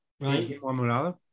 right